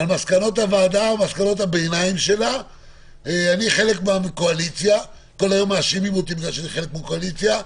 אני חלק מהקואליציה וכל היום מאשימים אותי כי אני חלק מהקואליציה.